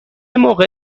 موقع